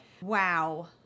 Wow